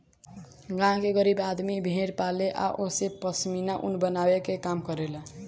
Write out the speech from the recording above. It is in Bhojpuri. गांव के गरीब आदमी भेड़ पाले आ ओसे पश्मीना ऊन बनावे के काम करेला